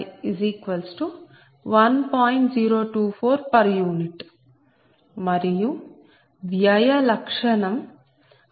u మరియు వ్యయ లక్షణం IC140